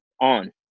on